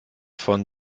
von